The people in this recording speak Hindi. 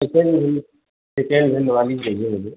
सेकेंड हेंड सेकेंड हैंड वाली चाहिए मुझे